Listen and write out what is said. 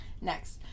next